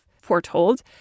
foretold